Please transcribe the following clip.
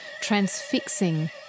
transfixing